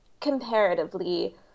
comparatively